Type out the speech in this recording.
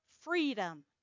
freedom